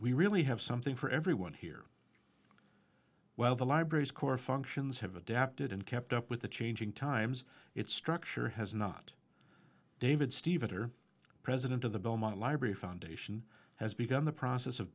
we really have something for everyone here well the library's core functions have adapted and kept up with the changing times its structure has not david steve it or president of the belmont library foundation has begun the process of